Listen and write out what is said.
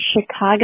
Chicago